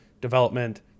development